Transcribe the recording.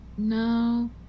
No